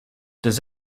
does